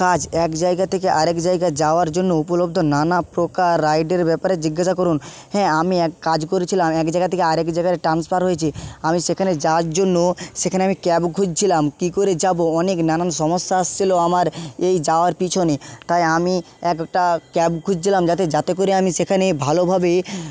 কাজ এক জায়গা থেকে আরেক জায়গায় যাওয়ার জন্য উপলব্ধ নানা প্রকার রাইডের ব্যাপারে জিজ্ঞাসা করুন হ্যাঁ আমি এক কাজ করেছিলাম এক জায়গা থেকে আরেক জায়গার ট্রান্সফার হয়েছি আমি সেখানে যাওয়ার জন্য সেখানে আমি ক্যাব খুঁজছিলাম কী করে যাব অনেক নানান সমস্যা এসছিলো আমার এই যাওয়ার পিছনে তাই আমি একটা ক্যাব খুঁজছিলাম যাতে যাতে করে আমি সেখানে ভালোভাবে